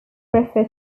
refer